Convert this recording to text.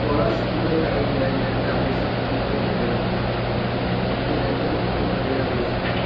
സ്കോളർഷിപ്പുകൾക്കായി ഞാൻ രണ്ട് അപേക്ഷാ ഫോമുകൾ വേണം എന്റെ രണ്ട് മക്കളും അതിന് അപേക്ഷിക്കും